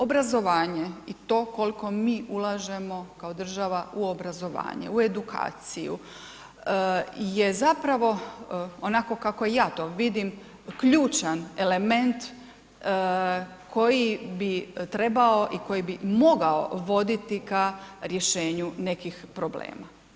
Obrazovanje i to koliko mi ulažemo kao država u obrazovanje, u edukaciju je zapravo onako kako ja to vidim ključan element koji bi trebao i koji bi mogao voditi ka rješenju nekih problema.